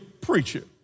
preacher